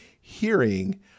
hearing